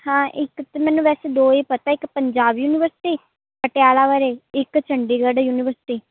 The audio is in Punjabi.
ਹਾਂ ਇੱਕ ਤਾਂ ਮੈਨੂੰ ਵੈਸੇ ਦੋ ਹੀ ਪਤਾ ਇੱਕ ਪੰਜਾਬ ਯੂਨੀਵਰਸਿਟੀ ਪਟਿਆਲਾ ਬਾਰੇ ਇੱਕ ਚੰਡੀਗੜ੍ਹ ਯੂਨੀਵਰਸਿਟੀ